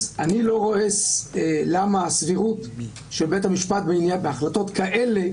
אז אני לא רואה למה הסבירות של בית המשפט בהחלטות כאלה,